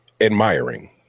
admiring